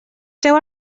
treu